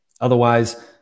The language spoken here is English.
otherwise